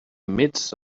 midst